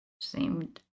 Seemed